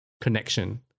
connection